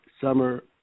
summer